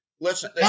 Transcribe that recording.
Listen